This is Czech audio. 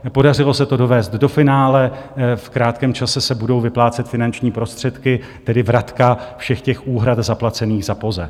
Podařilo se to dovést do finále, v krátkém čase se budou vyplácet finanční prostředky, tedy vratka všech těch úhrad zaplacených za POZE.